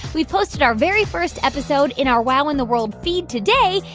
we've posted our very first episode in our wow in the world feed today,